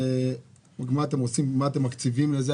מה אתם מקציבים לזה?